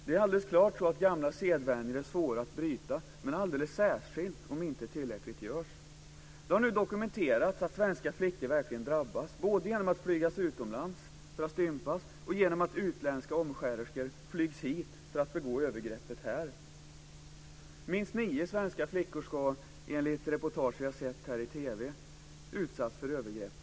Det är alldeles klart att gamla sedvänjor är svåra att bryta, särskilt om inte tillräckligt görs. Det har nu dokumenterats att svenska flickor verkligen drabbas - både genom att flygas utomlands för att stympas och genom att utländska omskärerskor flygs hit för att begå övergreppet här. Minst nio svenska flickor ska enligt det reportage som vi har sett i TV ha utsatts för övergreppet.